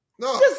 No